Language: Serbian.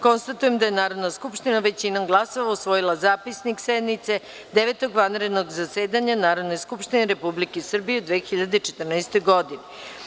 Konstatujem da je Narodna skupština većinom glasova usvojila Zapisnik sednice Devetog vanrednog zasedanja Narodne skupštine Republike Srbije u 2014. godini.